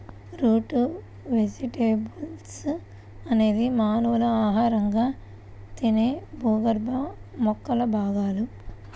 route vegetables అనేది మానవులు ఆహారంగా తినే భూగర్భ మొక్కల భాగాలు